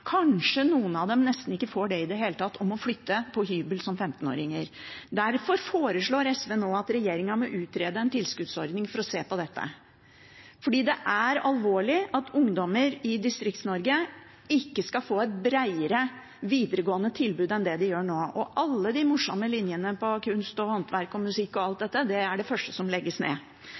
kanskje noen av dem nesten ikke får det i det hele tatt og må flytte på hybel som 15-åring. Derfor foreslår SV at regjeringen må utrede en tilskuddsordning for å se på dette. Det er alvorlig at ungdommer i Distrikts-Norge ikke skal få et bredere videregående tilbud enn det de gjør nå. Og alle de morsomme linjene – kunst- og håndverk, musikk og alt dette – er det første som legges ned.